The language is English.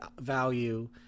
value